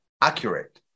accurate